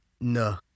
no